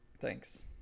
Thanks